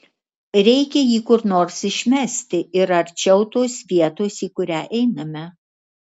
reikia jį kur nors išmesti ir arčiau tos vietos į kurią einame